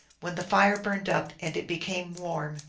when the fire burned up, and it became warm,